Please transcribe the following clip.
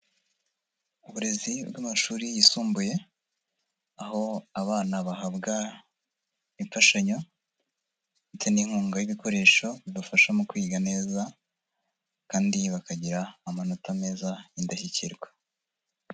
Uburezi bw'amashuri yisumbuye, aho abana bahabwa imfashanyo ndetse n'inkunga y'ibikoresho, bibafasha mu kwiga neza kandi bakagira amanota meza y'indashyikirwa.